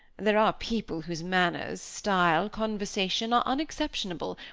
there are people whose manners, style, conversation, are unexceptionable,